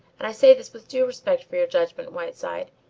and i say this with due respect for your judgment, whiteside.